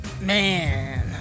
Man